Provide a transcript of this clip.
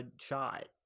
shot